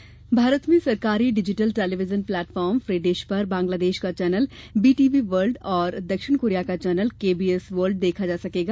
TV channel करार भारत में सरकारी digital television platform free dish पर बांग्लादेश का चैनल बी टीवी वर्ल्ड और दक्षिण कोरिया का चैनल केबीएस वर्ल्ड देखा जा सकेगा